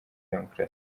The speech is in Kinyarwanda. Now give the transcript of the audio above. demokarasi